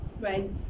Right